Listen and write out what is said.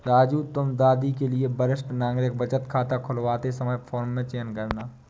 राजू तुम दादी के लिए वरिष्ठ नागरिक बचत खाता खुलवाते समय फॉर्म में चयन करना